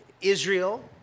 Israel